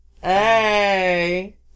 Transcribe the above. hey